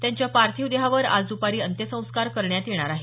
त्यांच्या पार्थिव देहावर आज दुपारी अंत्यसंस्कार करण्यात येणार आहेत